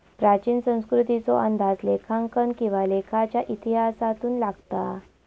प्राचीन संस्कृतीचो अंदाज लेखांकन किंवा लेखाच्या इतिहासातून लागता